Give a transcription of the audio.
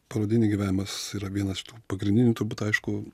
parodinį gyvenimas yra vienas iš tų pagrindinių turbūt aišku